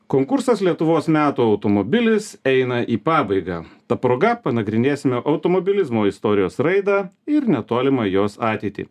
konkursas lietuvos metų automobilis eina į pabaigą ta proga panagrinėsime automobilizmo istorijos raidą ir netolimą jos ateitį